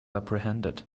apprehended